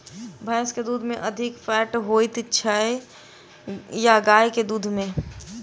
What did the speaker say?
भैंस केँ दुध मे अधिक फैट होइ छैय या गाय केँ दुध में?